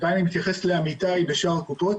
וכאן אני מתייחס לעמיתיי בשאר הקופות,